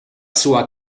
sua